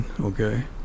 okay